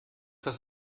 das